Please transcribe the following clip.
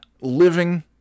living